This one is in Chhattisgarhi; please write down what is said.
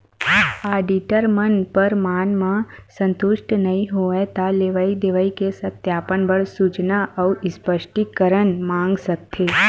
आडिटर मन परमान म संतुस्ट नइ होवय त लेवई देवई के सत्यापन बर सूचना अउ स्पस्टीकरन मांग सकत हे